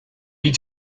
eat